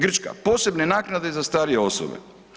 Grčka, posebne naknade za starije osobe.